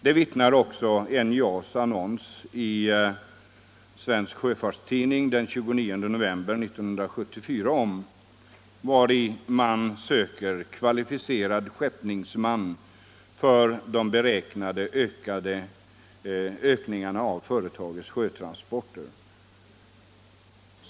Därom vittnar också NJA:s annons i Svensk Sjöfarts tidning den 29 november 1974. I den söker man en kvalificerad skeppningsman för den beräknade ökningen av företagets sjötransporter.